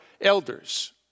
elders